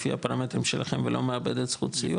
לפי הפרמטרים שלכם ולא מאבדת זכות סיוע?